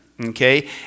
Okay